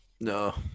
No